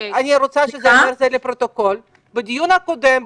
בדיון הקודם,